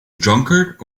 drunkard